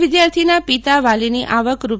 વિદ્યાર્થીના પિતા વાલીની આવક રૂ